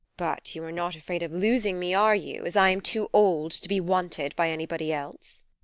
but you are not afraid of losing me, are you as i am too old to be wanted by anybody else?